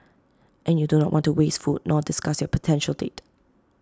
and you do not want to waste food nor disgust your potential date